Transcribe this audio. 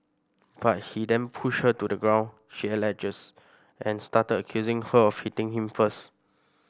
but he then pushed her to the ground she alleges and started accusing her of hitting him first